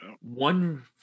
One